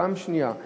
פעם שנייה.